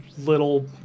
little